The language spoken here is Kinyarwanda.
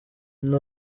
izi